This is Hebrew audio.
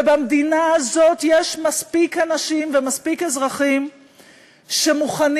ובמדינה הזאת יש מספיק אנשים ומספיק אזרחים שמוכנים,